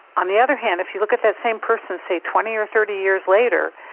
on the other hand if you look at that same person say twenty or thirty years later,